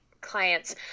clients